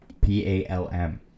p-a-l-m